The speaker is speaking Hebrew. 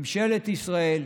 ממשלת ישראל,